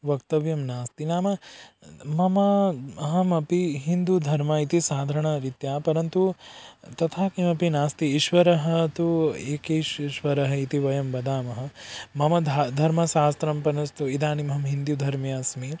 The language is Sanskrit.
वक्तव्यं नास्ति नाम मम अहमपि हिन्दुधर्मः इति साधारणरीत्या परन्तु तथा किमपि नास्ति ईश्वरः तु एकेश्वरः इति वयं वदामः मम ध धर्मशास्त्रं पुनस्तु इदानीम् अहं हिन्दुधर्मे अस्मि